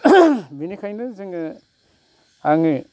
बेनिखायनो जोङो आङो